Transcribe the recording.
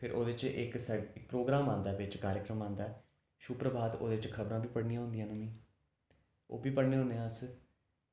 फेर ओह्दे च इक सेक् प्रोग्राम आंदा इक शुभ प्रभात ओह्दे च खबरां बी पढ़नियां होंदियां न मी ओह् बी पढ़ने होन्ने आं अस